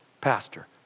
pastor